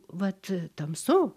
vat tamsu